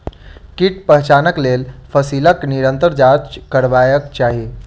कीट पहचानक लेल फसीलक निरंतर जांच करबाक चाही